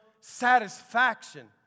satisfaction